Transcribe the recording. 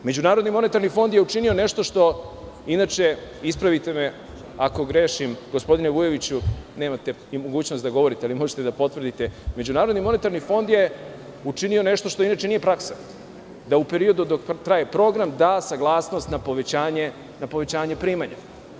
Međunarodni monetarni fond je učinio nešto što inače, ispravite me ako grešim gospodine Vujoviću, nemate mogućnost da govorite, ali možete da potvrdite, MMF je učinio nešto što inače nije praksa, da u periodu dok traje program, da saglasnost na povećanje primanja.